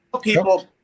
people